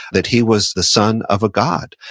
that he was the son of a god.